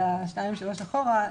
אלא שתיים-שלוש אחורה,